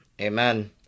Amen